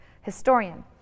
historian